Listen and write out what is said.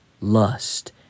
lust